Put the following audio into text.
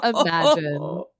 imagine